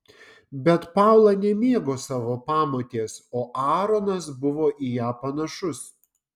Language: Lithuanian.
bet paula nemėgo savo pamotės o aaronas buvo į ją panašus